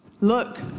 Look